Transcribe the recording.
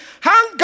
Hang